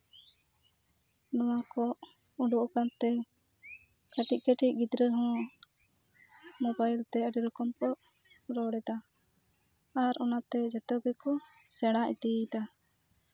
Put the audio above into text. ᱱᱚᱣᱟ ᱠᱚ ᱩᱰᱩᱠ ᱟᱠᱟᱱᱛᱮ ᱠᱟᱹᱴᱤᱡ ᱠᱟᱹᱴᱤᱡ ᱜᱤᱫᱽᱨᱟᱹ ᱦᱚᱸ ᱢᱳᱵᱟᱭᱤᱞ ᱛᱮ ᱟᱹᱰᱤ ᱨᱚᱠᱚᱢ ᱠᱚ ᱨᱚᱲᱮᱫᱟ ᱟᱨ ᱚᱱᱟᱛᱮ ᱡᱷᱚᱛᱚ ᱜᱮᱠᱚ ᱥᱮᱬᱟ ᱤᱫᱤᱭᱮᱫᱟ